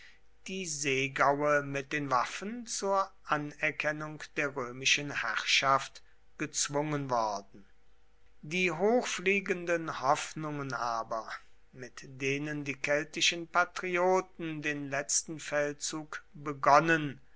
die seegaue mit den waffen zur anerkennung der römischen herrschaft gezwungen worden die hochfliegenden hoffnungen aber mit denen die keltischen patrioten den letzten feldzug begonnen